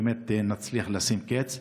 נצליח לשים לו קץ.